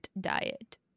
diet